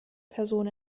person